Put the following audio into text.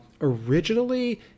originally